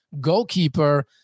goalkeeper